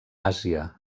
àsia